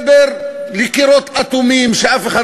להביאו מחדש לחקיקה, וזאת עקב החידוש שבהסדר.